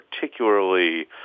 particularly